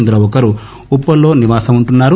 ఇందులో ఒకరు ఉప్పల్ లో నివాసం వుంటున్నారు